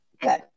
Good